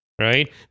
Right